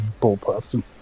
bullpups